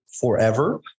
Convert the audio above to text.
forever